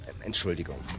Entschuldigung